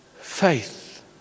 faith